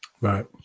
right